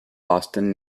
boston